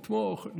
לתמוך,